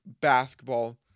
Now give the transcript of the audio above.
basketball